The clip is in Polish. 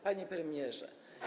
Panie Premierze!